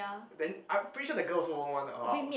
then I pretty sure the girl also won't want to uh